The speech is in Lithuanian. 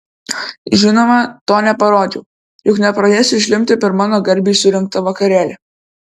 žinoma to neparodžiau juk nepradėsiu žliumbti per mano garbei surengtą vakarėlį